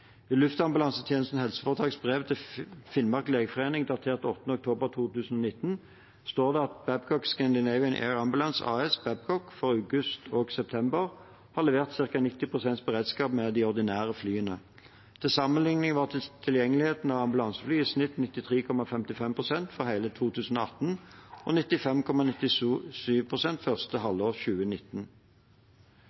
I Luftambulansetjenesten HFs brev til Finnmark legeforening datert 8. oktober 2019 står det at Babcock Scandinavian AirAmbulance AS for august og september har levert ca. 90 pst. beredskap med de ordinære flyene. Til sammenligning var tilgjengeligheten av ambulansefly i snitt 93,55 pst. for hele 2018 og